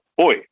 oi